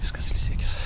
viskas ilsėkis